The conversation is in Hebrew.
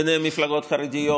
ביניהן מפלגות חרדיות.